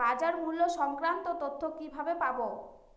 বাজার মূল্য সংক্রান্ত তথ্য কিভাবে পাবো?